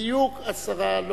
בדיוק עשרה,